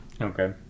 Okay